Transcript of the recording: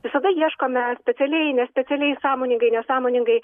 visada ieškome specialiai nespecialiai sąmoningai nesąmoningai